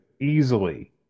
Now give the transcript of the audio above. easily